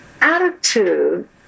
attitude